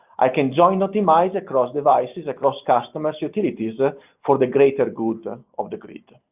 i can jointly optimize across devices, across customers, utilities, ah for the greater good but of the grid.